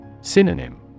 Synonym